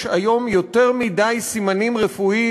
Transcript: יש היום יותר מדי סימנים רפואיים,